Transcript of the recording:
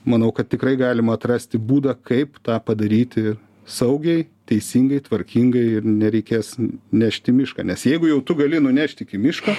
manau kad tikrai galima atrasti būdą kaip tą padaryti saugiai teisingai tvarkingai ir nereikės nešt į mišką nes jeigu jau tu gali nunešt iki miško